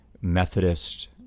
Methodist